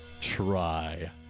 try